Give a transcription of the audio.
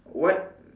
what